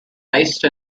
based